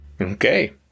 Okay